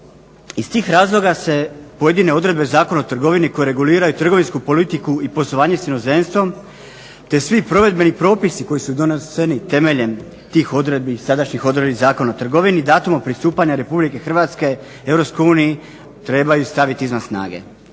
Iz tih razloga se pojedine odredbe Zakona o trgovini koje reguliraju trgovinsku politiku i poslovanje s inozemstvom te svi provedbeni propisi koji su doneseni temeljem tih odredbi, sadašnjih odredbi Zakona o trgovini datumom pristupanja Republike Hrvatske EU trebaju staviti izvan snage.